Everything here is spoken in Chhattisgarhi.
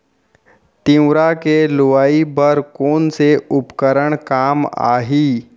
तिंवरा के लुआई बर कोन से उपकरण काम आही?